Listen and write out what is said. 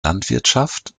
landwirtschaft